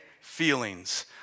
Feelings